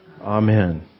Amen